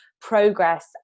progress